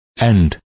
End